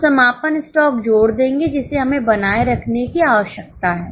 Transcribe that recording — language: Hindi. हम समापन स्टॉक जोड़ देंगे जिसे हमें बनाए रखने की आवश्यकता है